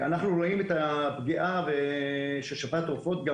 אנחנו רואים את הפגיעה של שפעת העופות גם